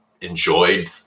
enjoyed